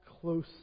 close